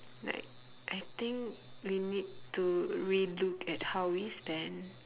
like I think we need to relook at how we spend